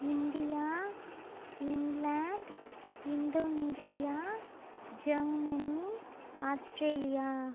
India England Indonesia Germany Australia